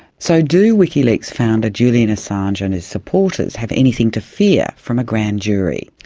so do wikileaks founder julian assange and his supporters have anything to fear from a grand jury?